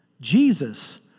Jesus